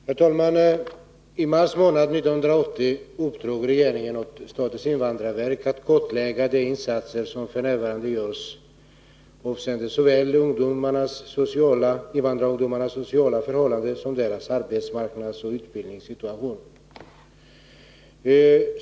Herr talman! I mars månad 1980 uppdrog regeringen åt statens invandrarverk att kartlägga de insatser som f. n. görs avseende såväl invandrarungdomarnas sociala förhållanden som deras arbetsmarknadsoch utbildningssituation.